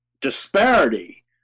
disparity